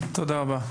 תודה רבה.